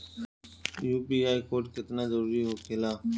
UPI code केतना जरुरी होखेला?